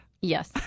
Yes